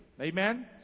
Amen